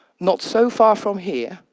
not so far from here,